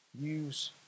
Use